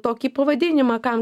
tokį pavadinimą kam